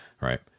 Right